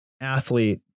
athlete